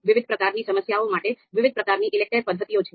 વિવિધ પ્રકારની સમસ્યાઓ માટે વિવિધ પ્રકારની ELECTRE પદ્ધતિઓ છે